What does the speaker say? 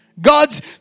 God's